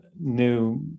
new